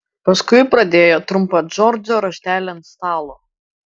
paskui padėjo trumpą džordžo raštelį ant stalo